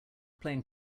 playing